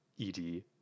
ED